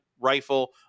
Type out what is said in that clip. rifle